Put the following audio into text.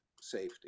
safety